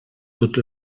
tots